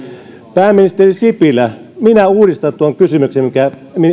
pääministeri sipilä minä uudistan tuon kysymyksen minkä